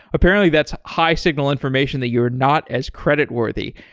apparently that's high signal information that you are not as credit worthy.